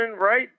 right